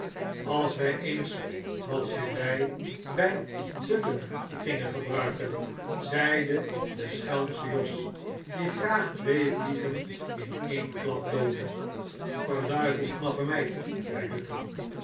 als wij eens wat gelei bij dutton gingen gebruiken zeide de schelmsche jos die graag twee vliegen in een klap doodde verduiveld knappe meid bij dutton